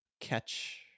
catch